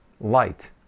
light